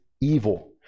evil